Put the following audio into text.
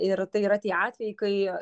ir tai yra tie atvejai kai